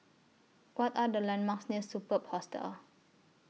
What Are The landmarks near Superb Hostel